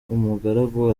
umugaragu